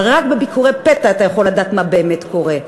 אבל רק בביקורי פתע אתה יכול לדעת מה באמת קורה,